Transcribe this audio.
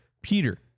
Peter